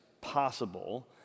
possible